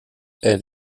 elle